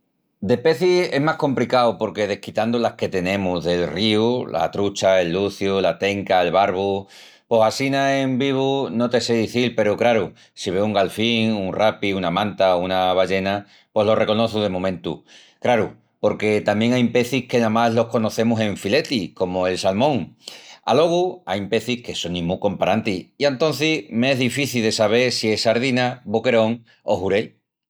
De pecis es más compricau porque desquitandu las que tenemus del ríu, la trucha, el luciu, la tenca, el barbu, pos assina en vivu no te sé izil peru, craru, si veu un galfín, un rapi, una manta o una ballena pos lo reconoçu de momentu. Craru, porque tamién ain pecis que namás los conocemus en filetis, comu el salmón. Alogu ain pecis que sonin mu comparantis i antocis m'es difici de sabel si es sardina, boquerón o xurel.